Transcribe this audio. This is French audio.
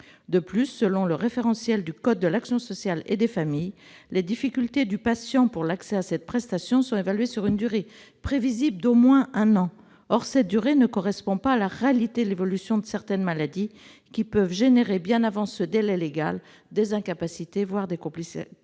ouvert. Selon le référentiel du code de l'action sociale et des familles, les difficultés du patient pour l'accès à cette prestation sont évaluées sur « une durée prévisible d'au moins un an ». Or cette durée ne correspond pas à la réalité de l'évolution de certaines maladies, qui peuvent entraîner bien avant le délai légal des incapacités, voire des complications